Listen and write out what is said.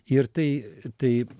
ir tai taip